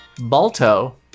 Balto